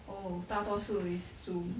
oh 大多数 is Zoom